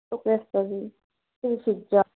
Sri Surya